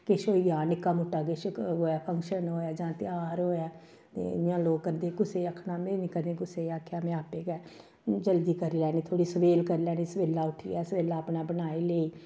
किश होई जा निक्का मुट्टा किश होऐ फंक्शन होऐ जां तेहार होऐ ते इ'यां लोक करदे कुसै गी आखना में निं कदें कुसै गी आखेआ में आपें गै जल्दी करी लैन्नी थोह्ड़ी सबेल करी लैन्नी सबेल्ला उट्ठियै सबेल्ला अपने बनाई लेई